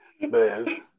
Man